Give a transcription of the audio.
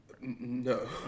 No